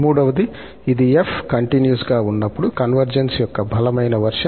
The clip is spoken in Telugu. మూడవది ఇది 𝑓 కంటీన్యూస్ గా ఉన్నప్పుడు కన్వర్జెన్స్ యొక్క బలమైన వెర్షన్